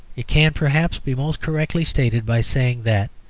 it can, perhaps, be most correctly stated by saying that,